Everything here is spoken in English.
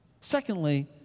Secondly